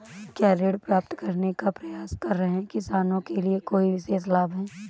क्या ऋण प्राप्त करने का प्रयास कर रहे किसानों के लिए कोई विशेष लाभ हैं?